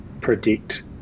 predict